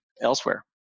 elsewhere